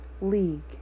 League